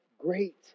great